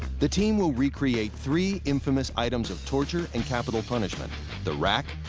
the team will recreate three infamous items of torture and capital punishment the rack,